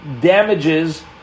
damages